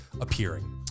appearing